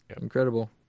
Incredible